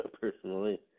personally